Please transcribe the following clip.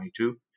2022